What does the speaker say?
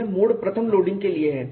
यह mode I loading के लिए है